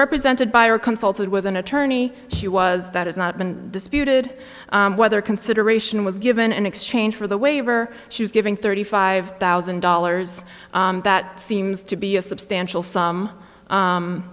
represented by or consulted with an attorney she was that has not been disputed whether consideration was given in exchange for the waiver she was given thirty five thousand dollars that seems to be a substantial s